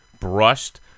brushed